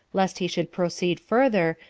lest he should proceed further,